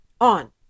on